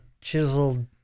chiseled